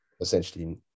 essentially